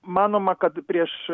manoma kad prieš